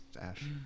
Ash